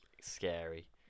scary